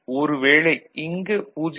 ஒரு வேளை இங்கு 0